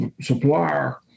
supplier